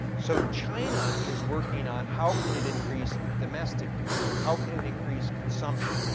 so china is working on how can it increase domestic demand, how can it increase consumption,